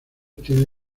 tiene